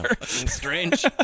strange